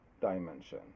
dimension